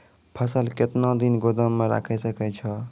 फसल केतना दिन गोदाम मे राखै सकै छौ?